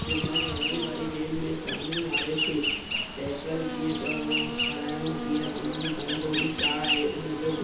दिमाग हलाइणु वारी गेम में साम्हूं वारे खे टैकल कीअं करणो हराइणो कीअं उनजी कमज़ोरी छा आहे उनजो